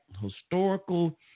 historical